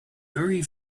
very